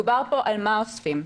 דובר פה על מה אוספים.